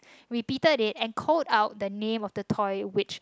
repeated it and called out the name of the toy which